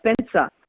Spencer